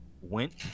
went